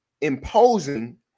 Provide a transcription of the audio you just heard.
imposing